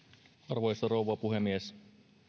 arvoisa rouva puhemies